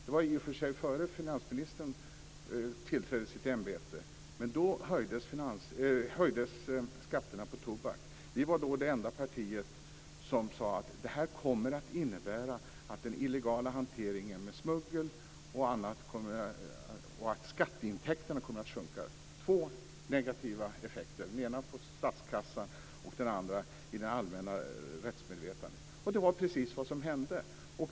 Det var i och för sig före finansministern tillträdde sitt ämbete. Då höjdes skatterna på tobak. Vi var då det enda parti som sade att det kommer att innebära en illegal hantering med smuggling och att skatteintäkterna kommer att sjunka. Det är två negativa effekter, dvs. den ena på statskassan och den andra i det allmänna rättsmedvetandet. Det var precis vad som hände.